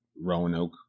roanoke